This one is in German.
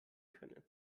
können